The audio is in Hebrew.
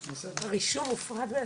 בסדר.